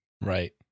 Right